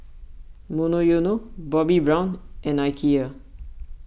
Monoyono Bobbi Brown and Ikea